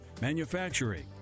manufacturing